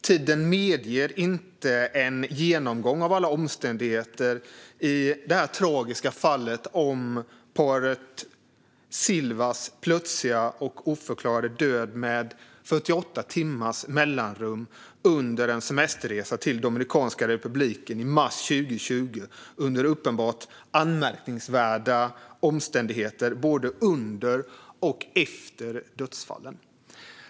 Tiden medger inte en genomgång av alla omständigheter i det tragiska fallet med paret Silvas plötsliga och oförklarliga död, med 48 timmars mellanrum, under en semesterresa till Dominikanska republiken i mars 2020. Omständigheterna är uppenbart anmärkningsvärda både under och efter dödsfallen.